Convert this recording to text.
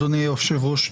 אדוני היושב-ראש.